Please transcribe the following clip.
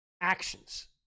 actions